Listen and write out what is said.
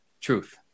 truth